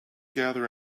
gather